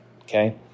okay